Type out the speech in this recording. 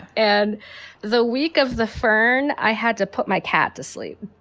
and the week of the fern, i had to put my cat to sleep.